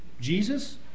Jesus